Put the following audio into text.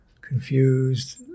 confused